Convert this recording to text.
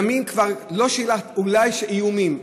דמים כבר, אולי איומים.